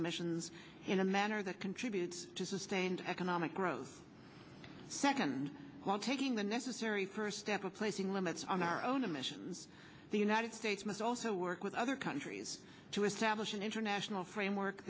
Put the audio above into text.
emissions in a manner that contributes to sustained economic growth second while taking the necessary first step of placing limits on our own emissions the united states must also work with other countries to assam an international framework